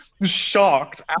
shocked